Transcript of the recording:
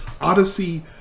Odyssey